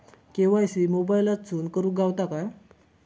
KYC मोबाईलातसून करुक गावता काय?